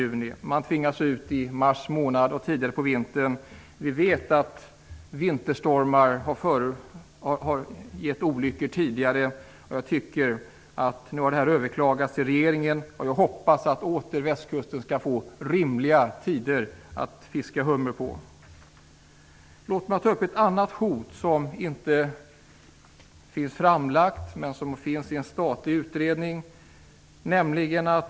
Fiskarna tvingas ut i mars månad och tidigare på vintern. Vi vet att vinterstormar har förorsakat olyckor tidigare. Beslutet har överklagats till regeringen, och jag hoppas att tiderna för att fiska hummer på Västkusten åter skall bli rimliga. bLåt mig nämna ett annat hot som tas upp i en statlig utredning.